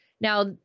Now